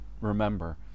remember